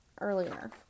earlier